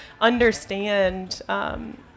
understand